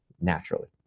naturally